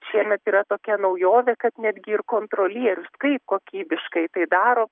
šiemet yra tokia naujovė kad netgi ir kontrolierius kaip kokybiškai tai daro